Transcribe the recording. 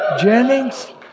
Jennings